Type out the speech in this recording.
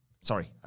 Sorry